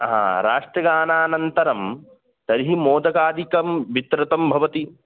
हा राष्ट्रगानानन्तरं तर्हि मोदकादिकं विस्तृतं भवति